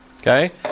Okay